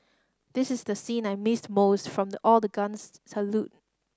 this is the scene I missed most from the all the guns salute